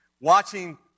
watching